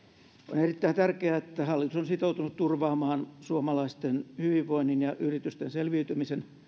on erittäin tärkeää että hallitus on sitoutunut turvaamaan suomalaisten hyvinvoinnin ja yritysten selviytymisen